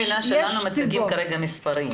לנו מציגים כרגע מספרים.